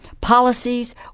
policies